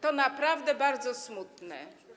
To naprawdę bardzo smutne.